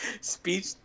speech